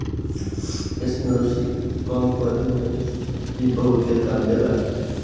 केश में रुसी कम करे में इ बहुते काम देला